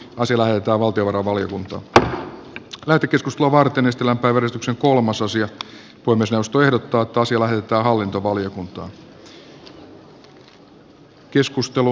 puhemiesneuvosto ehdottaa että valtiovarainvaliokunta laati keskustelua varten ystävänpäiväristuksen kolmososio on myös jos tuijottaa asia lähetetään hallintovaliokuntaan